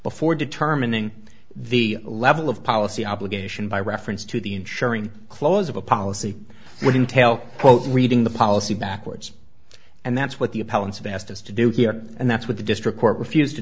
before determining the level of policy obligation by reference to the insuring clause of a policy would entail both reading the policy backwards and that's what the appellants have asked us to do here and that's what the district court refused to